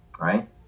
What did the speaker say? right